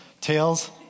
Tails